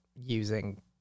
using